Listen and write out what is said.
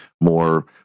more